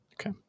Okay